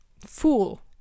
fool